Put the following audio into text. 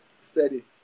steady